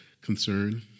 concern